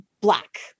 black